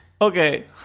Okay